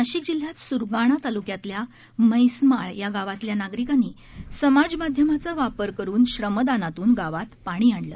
नाशिकजिल्ह्यातस्रगाणाताल्क्यातल्याम्हैसमाळयागावातल्यानागरिकांनीसमाजमा ध्यमाचावापरकरूनश्रमदानातूनगावातपाणीआणलं